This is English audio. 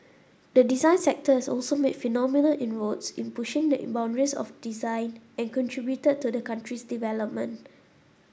the design sector has also made phenomenal inroads in pushing the boundaries of design and contributed to the country's development